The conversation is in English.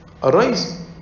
Arise